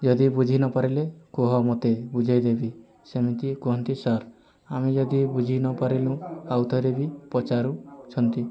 ଯଦି ନବୁଝିପାରିଲେ କୁହ ମୋତେ ବୁଝାଇ ଦେବି ସେମିତି କୁହନ୍ତି ସାର୍ ଆମେ ଯଦି ବୁଝିନପାରିଲୁ ଆଉ ଥରେ ବି ପଚାରୁଛନ୍ତି